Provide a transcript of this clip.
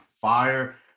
fire